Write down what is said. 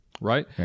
right